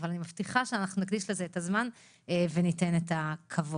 אבל אני מבטיחה שאנחנו נקדיש לזה את הזמן וניתן את הכבוד.